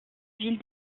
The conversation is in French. ville